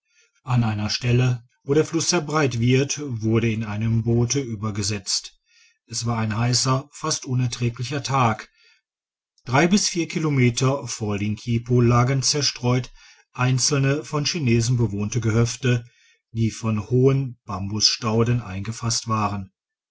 an einer stelle wo der fluss sehr breit wird wurde in einem boote tibergesetzt es war ein heisser fast unerträglicher tag drei bis vier kilometer vor linkipo lagen zerstreut einzelne von chinesen bewohnte gehöfte die von hohen bambusstauden eingefasst waren